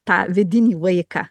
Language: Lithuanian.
tą vidinį vaiką